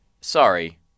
Sorry